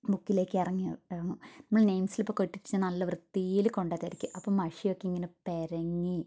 ബുക്കിലേക്കിറങ്ങി ഇറങ്ങും നമ്മൾ നേയിം സ്ലിപ്പൊക്കെ ഒട്ടിച്ച് നല്ല വൃത്തിയിലു കൊണ്ടതായിരിക്കും അപ്പോൾ മഷിയൊക്കെയിങ്ങനെ പെരങ്ങി